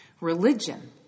religion